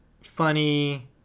funny